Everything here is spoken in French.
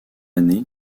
année